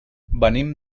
venim